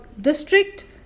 District